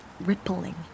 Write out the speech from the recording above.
rippling